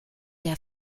der